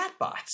chatbots